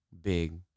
big